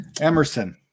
emerson